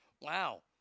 Wow